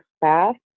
fast